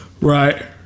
Right